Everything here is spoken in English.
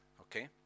Okay